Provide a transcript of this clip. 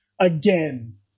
again